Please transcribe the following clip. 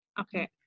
Okay